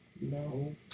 No